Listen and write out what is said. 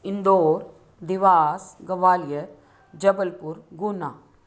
Indore Dewas Gwalior Jabalpur Guna